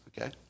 Okay